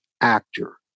actor